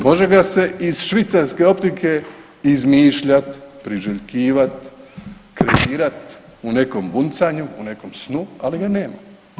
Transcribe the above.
Može ga se iz švicarske optike izmišljat, priželjkivat, kreirat u nekom buncanju, u nekom snu, ali ga nema.